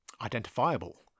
identifiable